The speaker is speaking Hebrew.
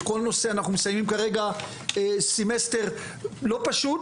אנחנו מסיימים כרגע סמסטר לא פשוט,